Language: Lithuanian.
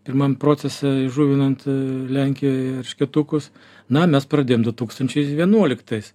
pirmam procese įžuvinant lenkijoj eršketukus na mes pradėjom du tūkstančiai vienuoliktais